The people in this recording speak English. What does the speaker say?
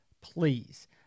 please